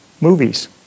movies